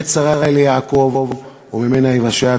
"עת צרה היא ליעקב וממנה יושע".